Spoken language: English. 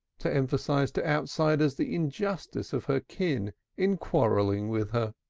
to emphasize to outsiders the injustice of her kin in quarrelling with her.